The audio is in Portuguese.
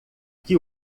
que